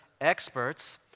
experts